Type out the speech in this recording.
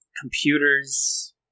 computers